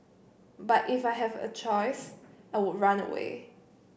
but if I have a choice I would run away